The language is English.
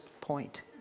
point